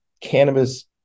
cannabis